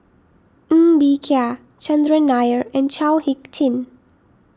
Ng Bee Kia Chandran Nair and Chao Hick Tin